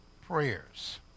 prayers